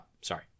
sorry